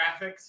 graphics